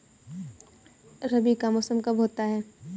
रबी का मौसम कब होता हैं?